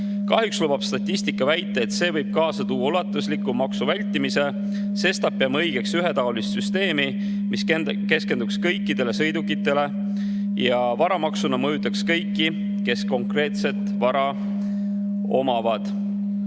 Kahjuks lubab statistika väita, et see võib kaasa tuua ulatusliku maksuvältimise, sestap peame õigeks ühetaolist süsteemi, mis keskenduks kõikidele sõidukitele ja varamaksuna mõjutaks kõiki, kes konkreetset vara omavad.